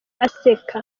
aseka